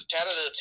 Canada